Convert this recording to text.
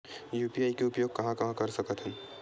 UPI के उपयोग कहां कहा कर सकत हन?